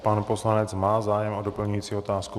Pan poslanec má zájem o doplňující otázku.